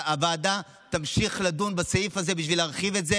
שהוועדה תמשיך לדון בסעיף הזה בשביל להרחיב את זה,